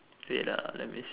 wait the let me see